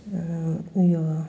ऊ यो